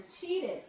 cheated